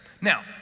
Now